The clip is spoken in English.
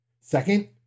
Second